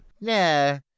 No